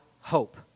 hope